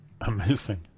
Amazing